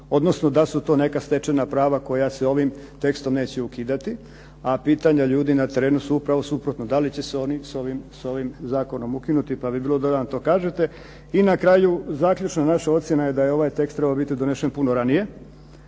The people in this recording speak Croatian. odnosno da su to neka stečena prava koja se ovim tekstom neće ukidati, a pitanja ljudi na terenu su upravo suprotno da li će se oni s ovim zakonom ukinuti pa bi bilo dobro da nam to kažete. I na kraju zaključno naša ocjena je da je ovaj tekst trebao biti donešen puno ranije,